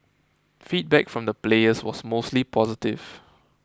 feedback from the players was mostly positive